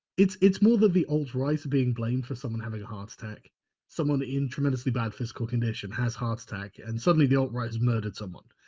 it's it's more that the alt-right being blamed for someone having a heart attack someone in tremendously bad physical condition has heart attack and suddenly the alt-right has murdered someone